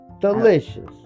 Delicious